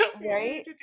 Right